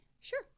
Sure